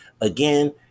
again